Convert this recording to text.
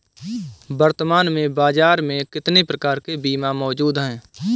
वर्तमान में बाज़ार में कितने प्रकार के बीमा मौजूद हैं?